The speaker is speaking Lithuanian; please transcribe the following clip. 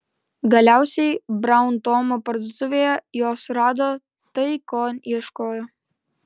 galiausiai braun tomo parduotuvėje jos rado tai ko ieškojo